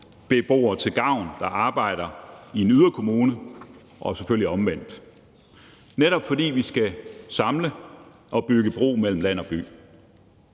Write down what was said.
kalde det dét – der arbejder i en yderkommune, til gavn, og selvfølgelig omvendt, netop fordi vi skal samle og bygge bro mellem land og by.